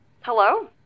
Hello